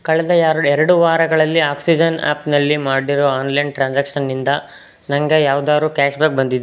ಕಳೆದ ಯಾರು ಎರಡು ವಾರಗಳಲ್ಲಿ ಆಕ್ಸಿಜನ್ ಆ್ಯಪ್ನಲ್ಲಿ ಮಾಡಿರೋ ಆನ್ಲೈನ್ ಟ್ರಾನ್ಸ್ಯಾಕ್ಷನ್ನಿಂದ ನನಗೆ ಯಾವ್ದಾದ್ರೂ ಕ್ಯಾಷ್ ಬ್ಯಾಕ್ ಬಂದಿದ್